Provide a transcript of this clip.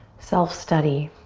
self study,